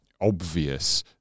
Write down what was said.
obvious